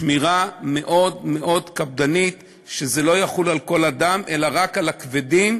שמירה מאוד מאוד קפדנית שזה לא יחול על כל אדם אלא רק על הכבדים,